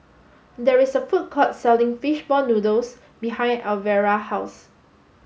there is a food court selling Fish Ball Noodles behind Alvera house